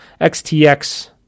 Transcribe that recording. XTX